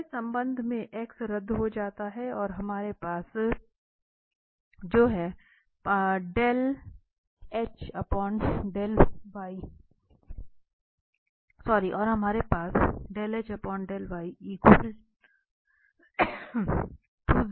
तो इस संबंध से एक्स रद्द हो जाता है और हमारे पास बचता है